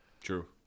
True